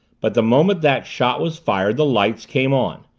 but the moment that shot was fired the lights came on.